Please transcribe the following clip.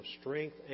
strength